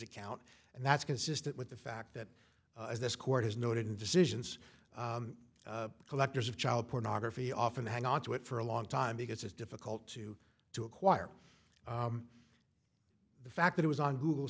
account and that's consistent with the fact that this court is noted in decisions collectors of child pornography often hang onto it for a long time because it's difficult to to acquire the fact that it was on google